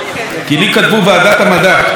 כי לי כתבו ועדת המדע.